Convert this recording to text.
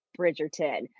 Bridgerton